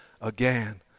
again